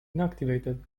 inactivated